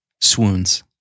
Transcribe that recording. swoons